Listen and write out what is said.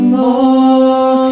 more